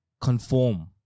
conform